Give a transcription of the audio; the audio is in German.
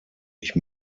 ich